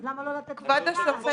אז למה לא לתת --- כבוד השופט,